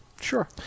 sure